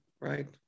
right